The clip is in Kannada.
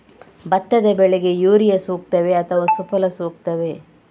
ಭತ್ತದ ಬೆಳೆಗೆ ಯೂರಿಯಾ ಸೂಕ್ತವೇ ಅಥವಾ ಸುಫಲ ಸೂಕ್ತವೇ?